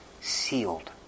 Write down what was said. sealed